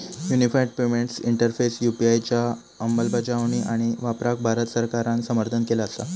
unified payments interface UPI च्या अंमलबजावणी आणि वापराक भारत सरकारान समर्थन केला असा